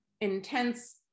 intense